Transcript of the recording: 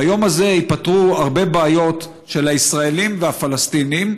ביום הזה ייפתרו הרבה בעיות של הישראלים והפלסטינים,